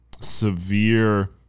severe